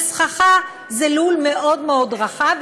כשסככה זה לול מאוד מאוד רחב,